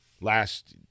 Last